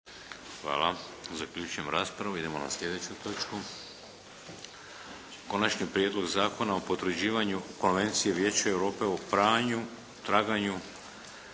Vladimir (HDZ)** Idemo na slijedeću točku - Konačni prijedlog zakona o potvrđivanju Konvencije Vijeća Europe o pranju, traganju,